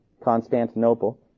Constantinople